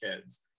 kids